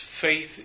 faith